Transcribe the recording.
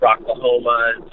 Oklahoma